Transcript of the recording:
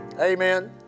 Amen